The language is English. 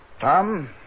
Tom